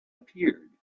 appeared